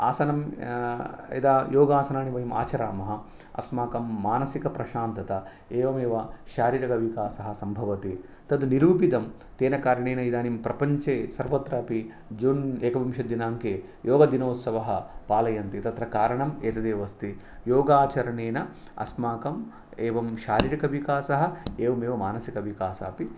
आसनं यदा योगासनानि वयम् आचरामः अस्माकं मानसिकप्रशान्तता एवमेव शारीरिकविकासः सम्भवति तद् निरूपितं तेन करणेन इदानीं प्रपञ्चे सर्वत्रापि जून् एकविंशतिदिनाङ्के योगदिनोत्सवाः पालयन्ति तत्र कारणम् एतत् एव अस्ति योगाचरणेन अस्माकम् एवं शारीरिकविकासः एवमेव मानसिकविकासः अपि भविष्यति